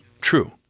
true